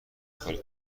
خالی